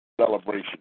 celebration